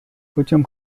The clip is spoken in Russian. путем